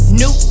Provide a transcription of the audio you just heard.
new